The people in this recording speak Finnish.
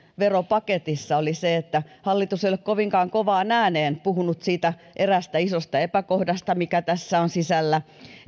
veropaketissa myös sitä että hallitus ei ole kovinkaan kovaan ääneen puhunut siitä eräästä isosta epäkohdasta mikä tässä on sisällä